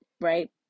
right